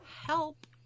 help